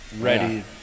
ready